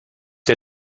der